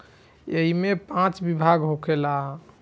ऐइमे पाँच विभाग होखेला